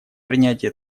принятие